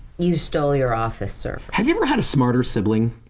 you stole your office server. have you ever had a smarter sibling?